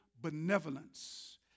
benevolence